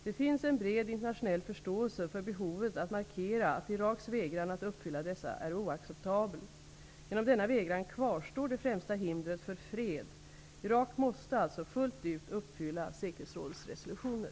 Det finns en bred internationell förståelse för behovet att markera att Iraks vägran att uppfylla dessa är oacceptabel. Genom denna vägran kvarstår det främsta hindret för fred. Irak måste alltså fullt ut uppfylla säkerhetsrådets resolutioner.